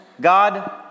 God